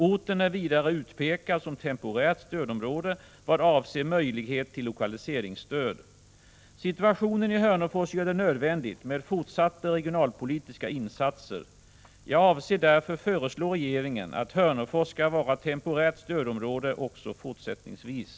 Orten är vidare utpekad som temporärt stödområde vad avser möjlighet till lokaliseringsstöd. Situationen i Hörnefors gör det nödvändigt med fortsatta regionalpolitiska insatser. Jag avser därför föreslå regeringen att Hörnefors skall vara temporärt stödområde också fortsättningsvis.